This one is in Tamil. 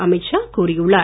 அமீத் ஷா கூறியுள்ளார்